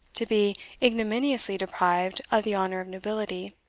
to be ignominiously deprived of the honour of nobility,